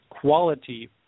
quality